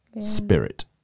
spirit